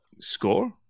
score